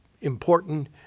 important